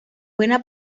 buena